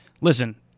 Listen